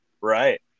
Right